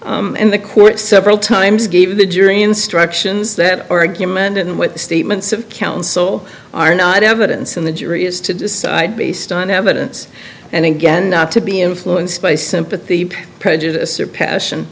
in the court several times gave the jury instructions that argument and with statements of counsel are not evidence and the jury has to decide based on evidence and again not to be influenced by sympathy prejudice or passion